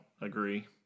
agree